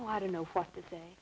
oh i don't know what to say